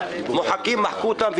מוחקים אותם,